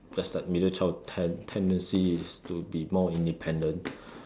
just like middle child tendency is to be more independent